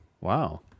Wow